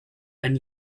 ein